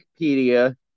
Wikipedia